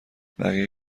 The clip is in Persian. بقیه